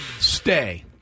Stay